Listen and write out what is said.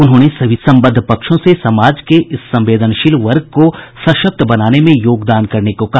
उन्होंने सभी सम्बद्ध पक्षों से समाज के इस संवेदनशील वर्ग को सशक्त बनाने में योगदान करने को कहा